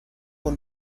und